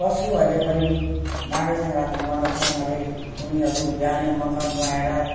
पशुहरूले पनि माघे सग्राँती मनाउँछन् हरे उनीहरू बिहानै मकर नुहाएर